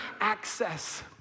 access